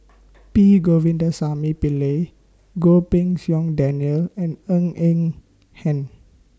P Govindasamy Pillai Goh Pei Siong Daniel and Ng Eng Hen